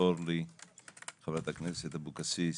חברת הכנסת אבקסיס,